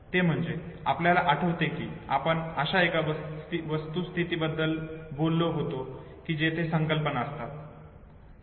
ते म्हणजे आपल्याला आठवते की आपण अशा एका वस्तुस्थिती बद्दल बोललो होतो की तेथे संकल्पना असतात